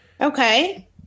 Okay